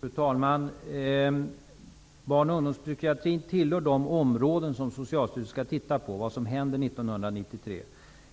Fru talman! Barn och ungdomspsykiatrin tillhör de områden där Socialstyrelsen skall titta på vad som hände 1993.